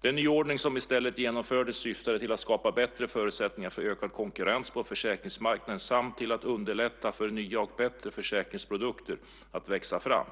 Den nyordning som i stället genomfördes syftade till att skapa bättre förutsättningar för ökad konkurrens på försäkringsmarknaden samt till att underlätta för nya och bättre försäkringsprodukter att växa fram.